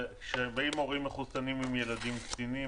כשבאים הורים מחוסנים עם ילדים קטינים,